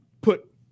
put